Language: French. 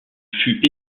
fut